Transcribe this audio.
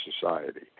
society